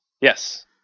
Yes